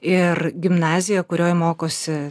ir gimnaziją kurioj mokosi